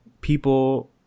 people